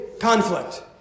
conflict